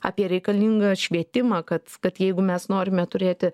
apie reikalingą švietimą kad kad jeigu mes norime turėti